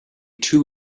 too